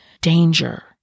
danger